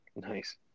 Nice